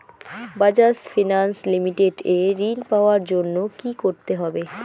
Bajaj finance limited এ ঋন পাওয়ার জন্য কি করতে হবে?